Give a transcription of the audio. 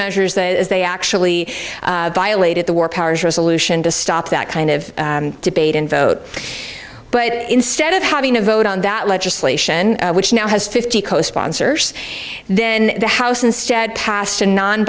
measures that they actually violated the war powers resolution to stop that kind of debate and vote but instead of having a vote on that legislation which now has fifty co sponsors then the house instead passed a non